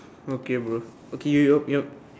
okay bro okay ya ya yup